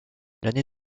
l’année